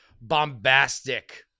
bombastic